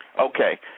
Okay